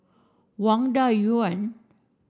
Wang Dayuan